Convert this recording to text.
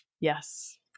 yes